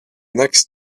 next